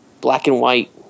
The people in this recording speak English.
black-and-white